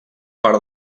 part